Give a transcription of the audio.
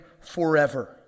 forever